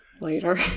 later